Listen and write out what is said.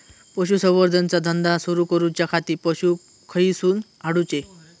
पशुसंवर्धन चा धंदा सुरू करूच्या खाती पशू खईसून हाडूचे?